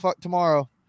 tomorrow